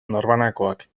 norbanakoak